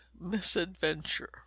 misadventure